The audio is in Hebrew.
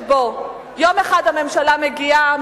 שבו יום אחד הממשלה מגיעה,